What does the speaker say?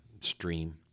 stream